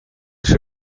sue